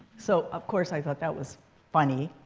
so of course, i thought that was funny.